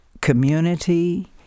Community